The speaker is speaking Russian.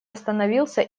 остановился